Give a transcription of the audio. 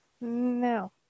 no